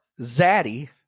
zaddy